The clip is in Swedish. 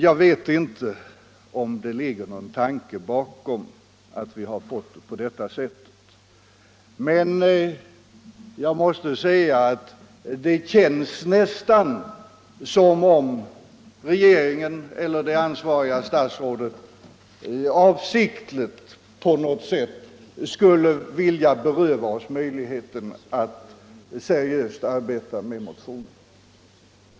Jag vet inte om det ligger någon tanke bakom det här sena propositionsavlämnandet, men det känns nästan som om regeringen eller det ansvariga statsrådet avsiktligt på något sätt skulle vilja beröva oss möjligheten att låta eventuell kritik komma till uttryck i seriöst arbete med motioner.